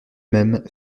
même